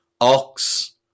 Ox